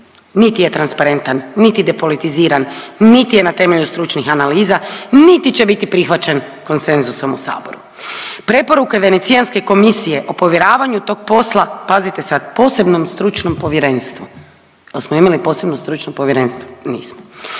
niti je transparentan, niti depolitiziran, niti je na temelju stručnih analiza, niti će biti prihvaćen konsenzusom u saboru. Preporuke Venecijanske komisije o povjeravanju tog posla pazite sad posebnom stručnom povjerenstvu. Jesmo imali posebno stručno povjerenstvo? Nismo,